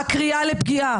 הקריאה לפגיעה,